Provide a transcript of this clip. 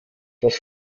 das